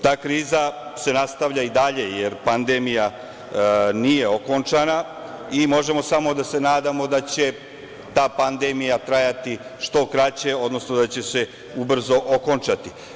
Ta kriza se nastavlja i dalje jer pandemija nije okončana i možemo samo da se nadamo da će ta pandemija trajati što kraće, odnosno da će se ubrzo okončati.